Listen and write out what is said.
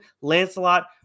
Lancelot